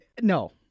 No